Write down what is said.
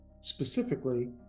specifically